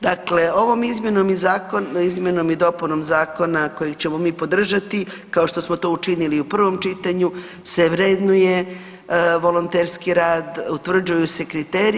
Dakle, ovom izmjenom i dopunom zakona kojeg ćemo mi podržati kao što smo to učinili i u provom čitanju se vrednuje volonterski rad, utvrđuju se kriteriji.